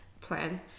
Plan